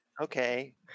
Okay